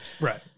Right